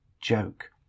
joke